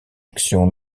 action